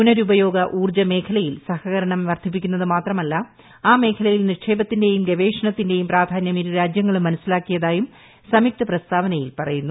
പുനരുപയോഗ ഊർജ്ജ മേഖലയിൽ സഹകരണ് വർദ്ധിപ്പിക്കുന്നത് മാത്രമല്ല ആ മേഖലയിൽ നിക്ഷേപത്തിന്റെയും ഗവേഷണത്തിന്റെയും പ്രാധാന്യം ഇരുരാജ്യങ്ങളും മനസീലാക്കിയതായും സംയുക്ത പ്രസ്താവനയിൽ പറയുന്നു